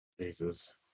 Jesus